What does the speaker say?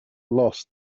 lost